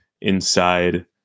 inside